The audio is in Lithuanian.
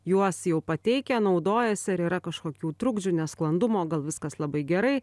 juos jau pateikę naudojasi ar yra kažkokių trukdžių nesklandumų o gal viskas labai gerai